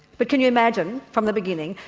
but can you imagine, from the beginning,